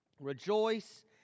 rejoice